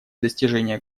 достижение